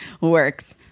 works